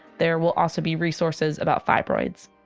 there will also be resources about fibroids.